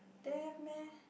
there have meh